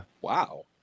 Wow